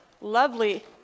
lovely